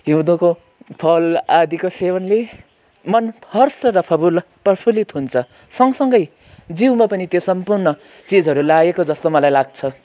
हिउँदको फल आदिको सेवनले मन हर्ष र फगुल प्रफुल्लित हुन्छ सँगसँगै जिउमा पनि त्यो सम्पूर्ण चिजहरू लागेको जस्तो मलाई लाग्छ